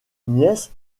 nièce